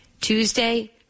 Tuesday